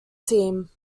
team